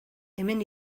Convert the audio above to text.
hemen